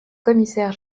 commissaire